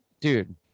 dude